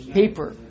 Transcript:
paper